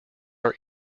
are